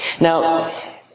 Now